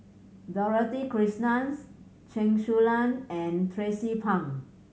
Dorothy Krishnan Chen Su Lan and Tracie Pang